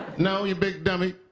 no, you big dummy.